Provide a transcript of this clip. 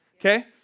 okay